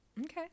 Okay